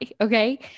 okay